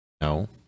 No